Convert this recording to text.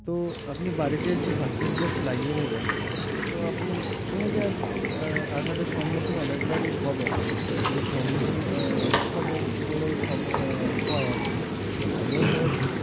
তো আপনি বাড়িতে এসে ফার্স্ট এড বক্স লাগিয়ে নেবেন তো আপনি এভাবে আর কি আঘাতের সম্মুখীন অনেকবারই হবেন যে সম্মুখীন হবেন বলে সব হয় আর কি আমিও হয়েছি